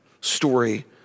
story